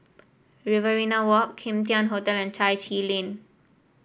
Riverina Walk Kim Tian Hotel and Chai Chee Lane